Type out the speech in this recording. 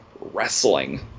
wrestling